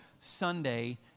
Sunday